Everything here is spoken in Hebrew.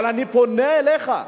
אבל אני פונה אליך,